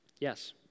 Yes